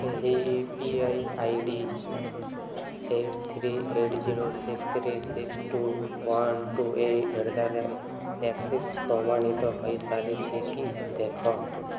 ଏହି UPI ID eight three eight zero six three six two one two eight at the rate axis ପ୍ରମାଣିତ ହୋଇସାରିଛି କି ଦେଖ